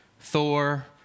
Thor